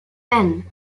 then